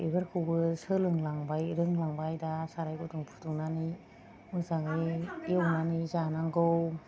बेफोरखौबो सोलोंलांबाय रोंलांबाय दा साराय गुदुं फुदुंनानै मोजाङै एवनानै जानांगौ